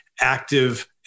active